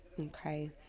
okay